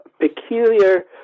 peculiar